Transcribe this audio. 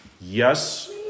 Yes